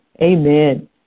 Amen